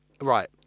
right